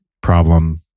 problem